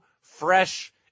fresh